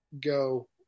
go